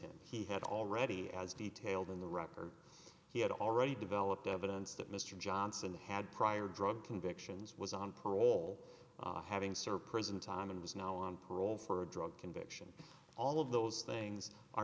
him he had already as detailed in the record he had already developed evidence that mr johnson had prior drug convictions was on parole having served prison time and was now on parole for a drug conviction all of those things are